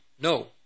No